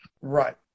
Right